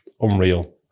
unreal